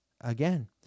again